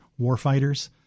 warfighters